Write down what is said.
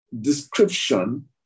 description